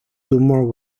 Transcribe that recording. tumor